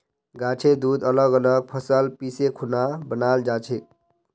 गाछेर दूध अलग अलग फसल पीसे खुना बनाल जाछेक